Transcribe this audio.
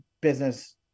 business